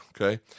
okay